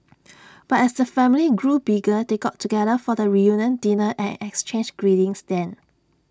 but as the family grew bigger they got together for the reunion dinner and exchanged greetings then